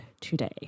today